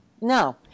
No